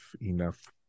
enough